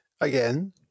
again